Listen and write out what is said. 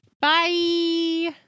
Bye